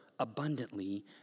abundantly